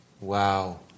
Wow